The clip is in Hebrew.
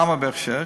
למה בהכשר?